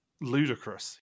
ludicrous